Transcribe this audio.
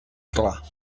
clar